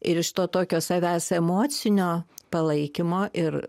ir iš to tokio savęs emocinio palaikymo ir